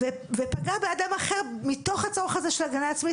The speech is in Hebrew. ופגע באדם אחר מתוך הצורך הזה של הגנה עצמית,